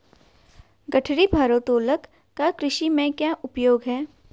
गठरी भारोत्तोलक का कृषि में क्या उपयोग है?